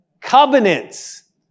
Covenants